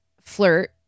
flirt